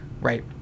Right